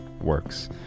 works